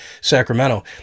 Sacramento